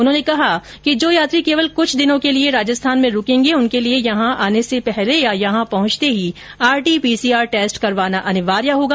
उन्होंने कहा कि जो यात्री केवल कुछ दिनों के लिए राजस्थान में रूकेंगे उनके लिए यहां आने से पहले या यहां पहुंचते ही आरटी पीसीआर टेस्ट करवाना अनिवार्य होगा